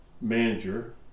manager